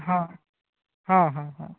ହଁ ହଁ ହଁ ହଁ